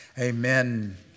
Amen